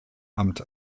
amt